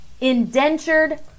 indentured